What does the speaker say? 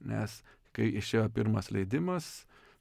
nes kai išėjo pirmas leidimas